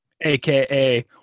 aka